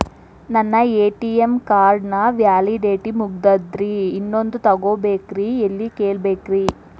ನನ್ನ ATM card ನ validity ಮುಗದದ್ರಿ ಇನ್ನೊಂದು ತೊಗೊಬೇಕ್ರಿ ಎಲ್ಲಿ ಕೇಳಬೇಕ್ರಿ?